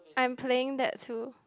I'm playing that too